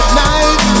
night